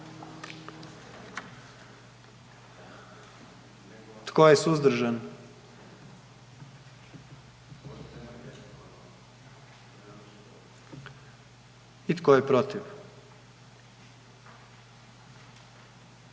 Tko je suzdržan? I tko je protiv?